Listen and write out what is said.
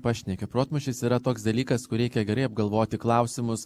pašneki protmūšis yra toks dalykas kur reikia gerai apgalvoti klausimus